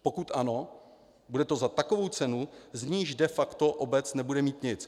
Pokud ano, bude to za takovou cenu, z níž de facto obec nebude mít nic.